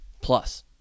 Plus